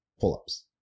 pull-ups